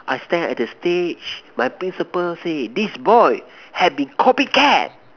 I stand at the stage my principal say this boy had been copy cat